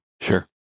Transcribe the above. Sure